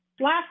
Last